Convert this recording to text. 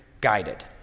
guided